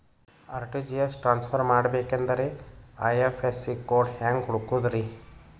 RTGS transfer ಮಾಡಬೇಕೆಂದರೆ IFSC code ಹೆಂಗ್ ಹುಡುಕೋದ್ರಿ?